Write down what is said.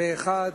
פה-אחד,